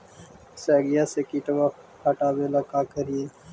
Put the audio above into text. सगिया से किटवा हाटाबेला का कारिये?